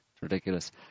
ridiculous